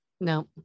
No